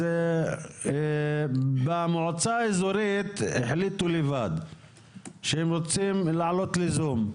אז במועצה האזורית החליטו לבד שהם רוצים לעלות לזום.